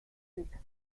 suiza